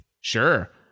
Sure